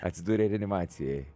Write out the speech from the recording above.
atsidūrei reanimacijoj